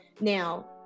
Now